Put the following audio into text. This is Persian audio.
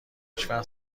هیچوقت